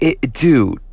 dude